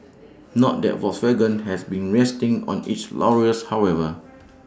not that Volkswagen has been resting on its laurels however